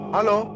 Hello